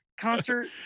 concert